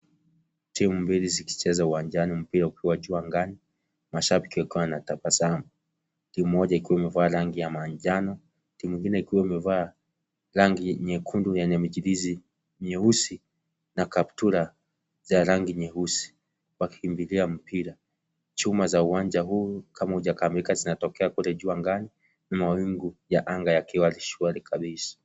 Timu mbili zikicheza uwanjani mpira ukiwa juu angani mashabiki wakiwa wanatabasamu, timu moja ikiwa imevaa rangi ya manjano timu ingine ikiwa imevaa rangi nyekundu yenye michirizi mieusi na kaptura za rangi nyeusi, wakikimbilia mpira, chuma za uwanja huu kama haujakamilika zinatokea kule juu angani, mawingu ya anga yakiwa shwari kabisa.